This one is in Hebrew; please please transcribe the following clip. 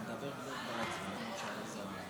חבר הכנסת שוסטר, לדעתי, אתה היחיד שהתייחס לחוק.